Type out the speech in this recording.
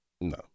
No